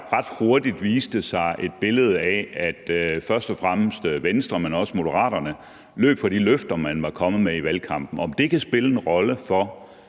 ret hurtigt viste sig et billede af, at først og fremmest Venstre, men også Moderaterne, løb fra de løfter, man var kommet med i valgkampen: Kan det spille en rolle for